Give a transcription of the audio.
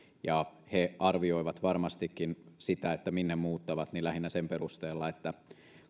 he arvioivat varmastikin sitä minne muuttavat lähinnä sen perusteella